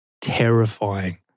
terrifying